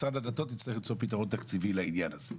משרד הדתית הצטרך למצוא פתרון תקציבי לעניין הזה.